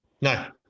no